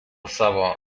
savo